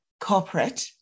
corporate